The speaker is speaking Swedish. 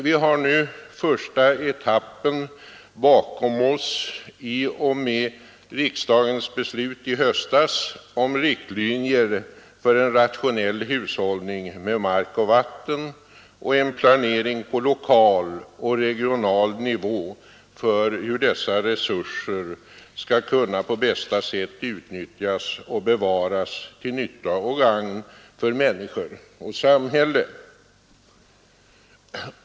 Vi har nu första etappen bakom oss i och med riksdagens beslut i höstas om riktlinjer för en rationell hushållning med mark och vatten och en planering på lokal och regional nivå för hur dessa resurser skall kunna på bästa sätt utnyttjas och bevaras till nytta och gagn för människor och samhälle.